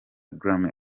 grammy